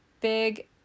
big